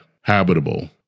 habitable